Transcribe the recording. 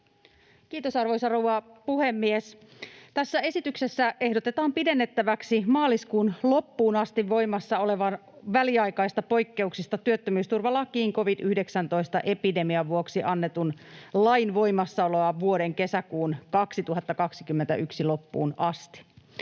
Kiitos, arvoisa rouva puhemies! Tässä esityksessä ehdotetaan pidennettäväksi maaliskuun loppuun asti voimassa olevan, väliaikaisista poikkeuksista työttömyysturvalakiin covid-19-epidemian vuoksi annetun lain voimassaoloa vuoden 2021 kesäkuun loppuun asti.